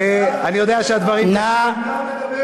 מה זו האפליה